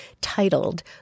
titled